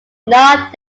not